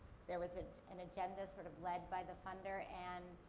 there was an and agenda, sort of, led by the funder. and,